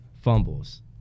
fumbles